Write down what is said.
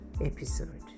episode